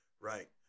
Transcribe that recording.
right